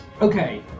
Okay